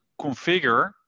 configure